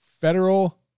federal